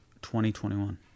2021